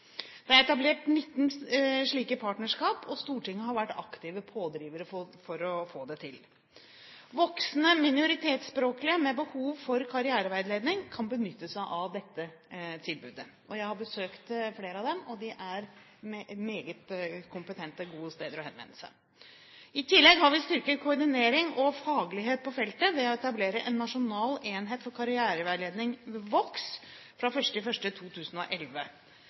Det er etablert 19 slike partnerskap, og Stortinget har vært aktive pådrivere for å få det til. Voksne minoritetsspråklige med behov for karriereveiledning kan benytte seg av dette tilbudet. Jeg har besøkt flere av dem, og det er meget kompetente, gode steder å henvende seg. I tillegg har vi styrket koordinering og faglighet på feltet ved å etablere en nasjonal enhet for karriereveiledning ved Vox fra 1. januar 2011.